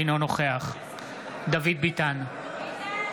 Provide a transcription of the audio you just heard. אינו נוכח דוד ביטן,